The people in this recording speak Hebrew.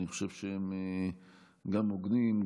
אני חושב שהם גם הוגנים,